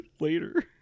later